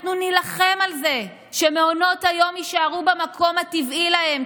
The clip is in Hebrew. אנחנו נילחם על זה שמעונות היום יישארו במקום הטבעי להם,